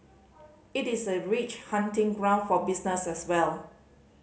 it is a rich hunting ground for business as well